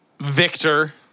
Victor